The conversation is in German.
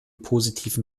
positiven